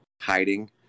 hiding